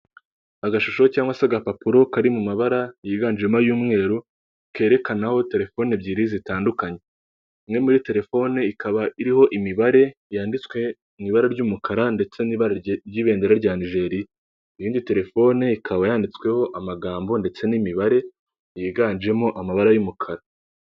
Agashusho cyangwag se agapapuro kari mu mabara yiganjemo y'umweru kerekanaho telefoni ebyiri zitandukanye, imwe muri telefone ikaba iriho imibare yanditswe mu ibara ry'umukara ndetse n'ibara ry'ibendera rya Nigeria iyindi telefone ikaba yanditsweho amagambo ndetse n'imibare yiganjemo amabara y'umukara.